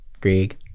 Greg